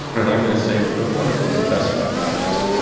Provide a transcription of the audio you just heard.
and i'm going to say what a wonderful professor that guy was.